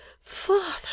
Father